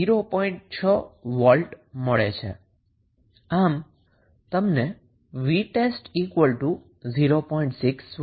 આમ તમને vtest 0